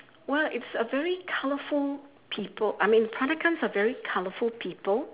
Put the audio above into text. well it's a very colourful people I mean peranakans are very colourful people